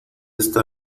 esta